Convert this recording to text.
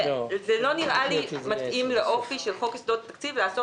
לא נראה לי מתאים לאופי של חוק יסודות התקציב לעשות